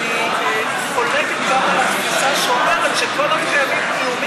אני חולקת גם על התפיסה שאומרת שכל עוד קיימים